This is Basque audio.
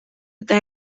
eta